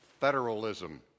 federalism